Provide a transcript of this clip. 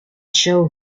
show